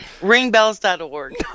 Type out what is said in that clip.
Ringbells.org